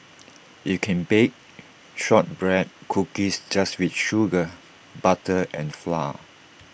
you can bake Shortbread Cookies just with sugar butter and flour